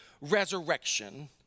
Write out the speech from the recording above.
resurrection